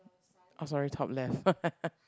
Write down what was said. oh sorry top left